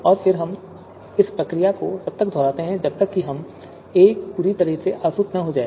और फिर हम इस प्रक्रिया को तब तक दोहराते रह सकते हैं जब तक कि A पूरी तरह से आसुत न हो जाए